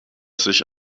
sich